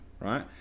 right